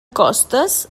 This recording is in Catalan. costes